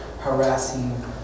harassing